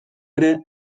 ere